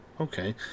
Okay